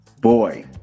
boy